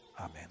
Amen